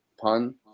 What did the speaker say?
pun